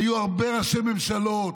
היו הרבה ראשי ממשלות,